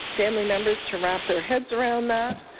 family members to wrap their heads around that.